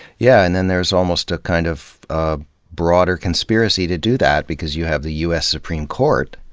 yeah and then there's almost a kind of ah broader conspiracy to do that, because you have the u s. supreme court,